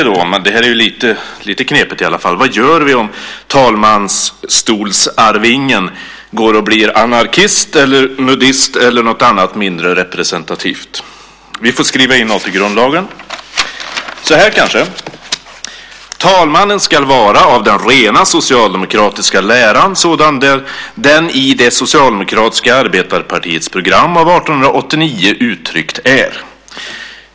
Detta är lite knepigt. Vad gör vi då om talmansstolsarvingen går och blir anarkist, nudist eller något annat mindre representativt? Vi får skriva in något i grundlagen. Så här kanske: Talmannen skall vara av den rena socialdemokratiska läran sådan den i det socialdemokratiska arbetarepartiets program av 1889 uttryckt är.